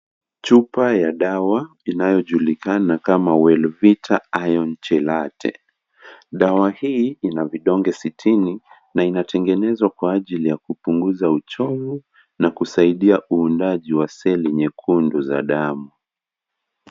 Chupa ya dawa inayochulikana kama Welluvita Iron Chelate ,dawa hii ina vidoge sitini na inatengenezwa kwa ajili ya kupunguza uchofu na kusaidia uundaji wa seli nyekundu za damu.